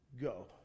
go